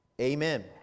Amen